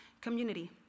Community